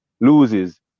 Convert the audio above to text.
loses